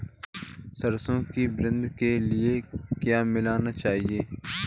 सरसों की वृद्धि के लिए क्या मिलाना चाहिए?